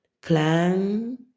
plan